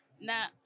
now